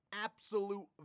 absolute